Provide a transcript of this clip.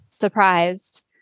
surprised